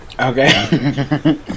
Okay